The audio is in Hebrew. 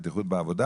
בטיחות עבודה